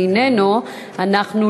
איננו נוכח,